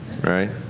right